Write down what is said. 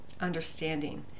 understanding